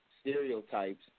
Stereotypes